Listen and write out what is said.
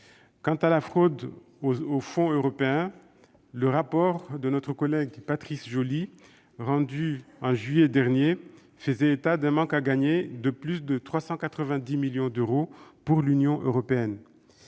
Quant à la fraude aux fonds européens, le rapport de notre collègue Patrice Joly, rendu en juillet dernier, faisait état d'un manque à gagner de plus de 390 millions d'euros pour l'Union européenne.